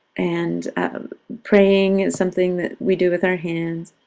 and praying is something that we do with our hands.